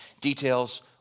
details